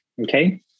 Okay